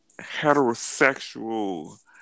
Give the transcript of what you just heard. heterosexual